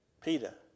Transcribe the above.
Peter